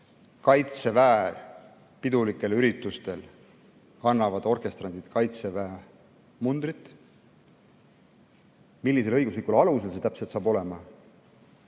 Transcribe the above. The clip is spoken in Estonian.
Kaitseväe pidulikel üritustel kannavad orkestrandid Kaitseväe mundrit. Millisel õiguslikul alusel see täpselt saab olema?